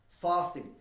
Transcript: Fasting